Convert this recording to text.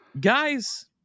Guys